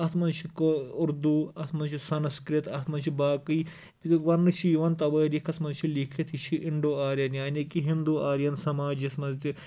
اَتھ منٛز چھُ کٲ اُردو اَتھ منٛزچھُ سنسکرت اتھ منٛز چھِ باقٕے وَننہٕ چھُ یِوان توٲریٖخس منٛز چھُ لٮ۪کھِتھ یہِ چھُ انڈو آرین یعنی کہِ انڈو آرین سَماجس منٛز تہِ